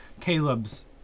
caleb's